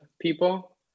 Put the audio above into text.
people